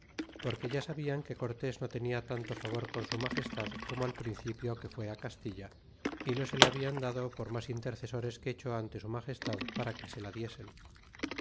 porque ya sabia que cortés no tenia tanto favor con su magestad como al principio que fué castilla y no se le habian dado por mas inter cesores que echó ante su magestad para que se la diesen